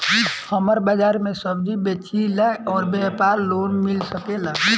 हमर बाजार मे सब्जी बेचिला और व्यापार लोन मिल सकेला?